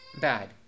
bad